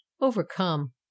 overcome